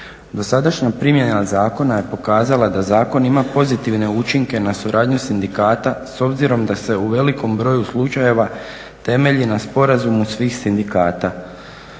Dosadašnja primjena zakona je pokazala da zakon ima pozitivne učinke na suradnju sindikata s obzirom da se u velikom broju slučajeva temelji na sporazumu svih sindikata.